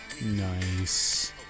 Nice